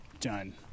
Done